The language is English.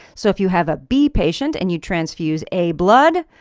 so if you have a b patient and you transfuse a blood,